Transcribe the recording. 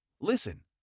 Listen